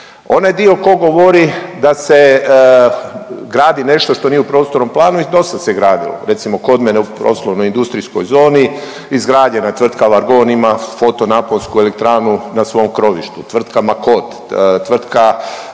Onaj dio tko govori da se gradi nešto što nije u prostornom planu i to se sagradilo. Recimo kod mene u poslovno industrijskoj zoni izgradjena tvrtka Vargon ima fotonaponsku elektranu na svom krovištu, tvrtka Makod, tvrtka